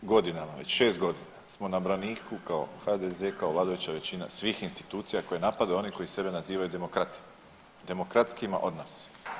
Godinama, već 6.g. smo na braniku kao HDZ, kao vladajuća većina svih institucija koje napadaju oni koji sebe nazivaju demokrati, demokratskima od nas.